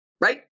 right